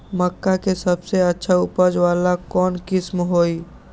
मक्का के सबसे अच्छा उपज वाला कौन किस्म होई?